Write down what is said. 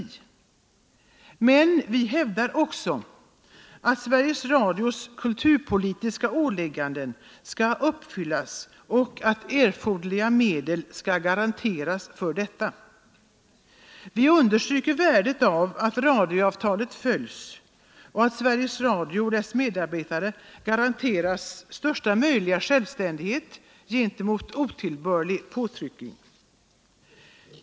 Men vi hävdar också att Sveriges Radios kulturpolitiska åligganden skall uppfyllas och att erforderliga medel skall garanteras för detta. Vi understryker värdet av att radioavtalet följs och att Sveriges Radio och dess medarbetare garanteras största möjliga självständighet gentemot otillbörlig påtryckning.